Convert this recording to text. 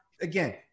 Again